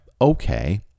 okay